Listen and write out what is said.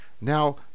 Now